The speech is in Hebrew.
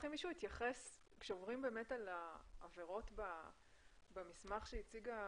להתייחסות לעבירות שהציגה